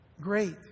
Great